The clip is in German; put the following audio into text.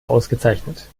ausgezeichnet